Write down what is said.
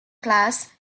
class